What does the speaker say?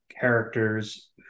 characters